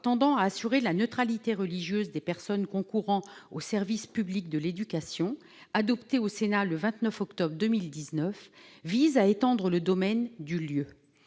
tendant à assurer la neutralité religieuse des personnes concourant au service public de l'éducation, adoptée au Sénat le 29 octobre 2019, vise à étendre le domaine du lieu.